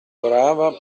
brava